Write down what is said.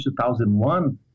2001